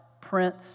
Prince